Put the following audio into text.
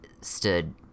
stood